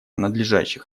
надлежащих